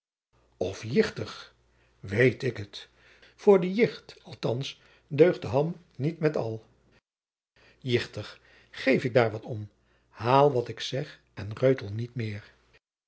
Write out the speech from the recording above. of jichtig weet ik het voor de jicht althands deugt de ham niet met al jichtig geef ik daar wat om haal wat ik zeg en reutel niet meer